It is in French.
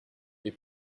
est